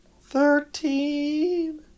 thirteen